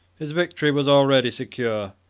his victory was already secure,